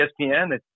ESPN